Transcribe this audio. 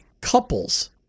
couples